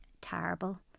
terrible